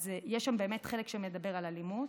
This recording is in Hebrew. אז יש שם באמת חלק שמדבר על אלימות,